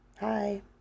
Hi